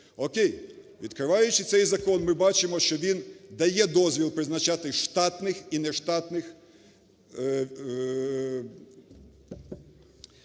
Окей. Відкриваючи цей закон, ми бачимо, що він дає дозвіл призначати штатних і нештатних,